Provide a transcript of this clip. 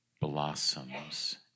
blossoms